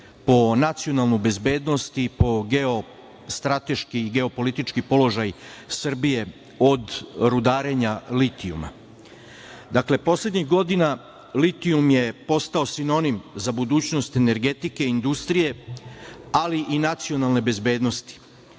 po nacionalnu bezbednost i po geostrateški i geopolitički položaj Srbije od rudarenja litijuma. Dakle, poslednjih godina litijum je postao sinonim za budućnost energetike i industrije, ali i nacionalne bezbednosti. Globalna